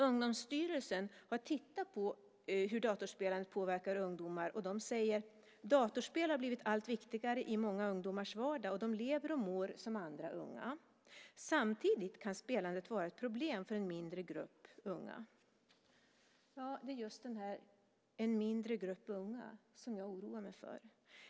Ungdomsstyrelsen har tittat på hur datorspelandet påverkar ungdomar, och de säger: "Datorspel har blivit allt viktigare i många ungdomars vardag och de lever och mår som andra unga. Samtidigt kan spelandet vara ett problem för en mindre grupp unga." Det är just denna mindre grupp unga som jag oroar mig för.